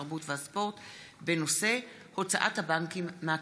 התרבות והספורט בנושא: הוצאת הבנקים מהכיתות.